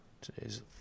Today's